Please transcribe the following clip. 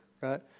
right